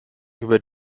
über